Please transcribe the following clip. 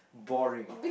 boring